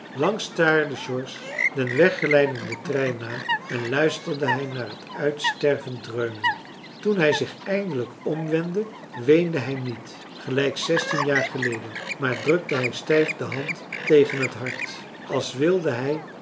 lang staarde george den wegijlenden trein na en luisterde hij naar het uitstervend dreunen toen hij zich eindelijk omwendde weende hij niet gelijk zestien jaar geleden maar drukte hij stijf de hand tegen t hart als wilde hij